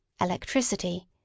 electricity